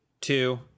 two